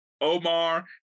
Omar